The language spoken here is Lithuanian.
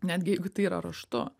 netgi jeigu tai yra raštu